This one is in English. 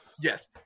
Yes